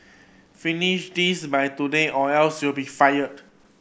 finish this by today or else you'll be fired